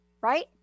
right